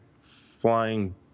flying